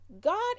God